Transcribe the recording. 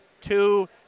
two